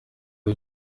ari